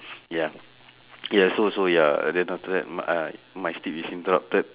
ya oh ya so so ya then after that my uh my sleep is interrupted